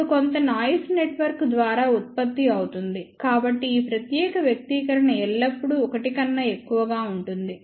ఇప్పుడు కొంత noise network ద్వారా ఉత్పత్తి అవుతుంది కాబట్టి ఈ ప్రత్యేక వ్యక్తీకరణ ఎల్లప్పుడూ 1 కన్నా ఎక్కువగా ఉంటుంది